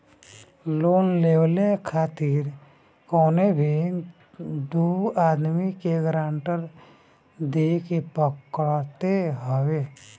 loan लेवे खातिर कवनो भी दू आदमी के गारंटी देवे के पड़त हवे